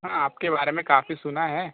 हाँ आपके बारे में काफ़ी सुना है